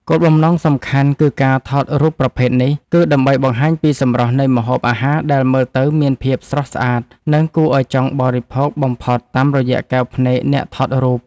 គោលបំណងសំខាន់នៃការថតរូបប្រភេទនេះ គឺដើម្បីបង្ហាញពីសម្រស់នៃម្ហូបអាហារដែលមើលទៅមានភាពស្រស់ស្អាត និងគួរឱ្យចង់បរិភោគបំផុតតាមរយៈកែវភ្នែកអ្នកថតរូប។